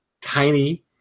tiny